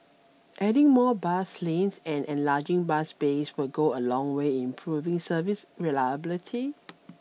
adding more bus lanes and enlarging bus bays will go a long way in improving service reliability